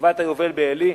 בגבעת-היובל בעלי,